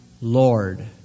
Lord